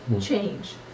change